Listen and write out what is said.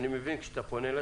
אני מבין שכשאתה פונה אליי,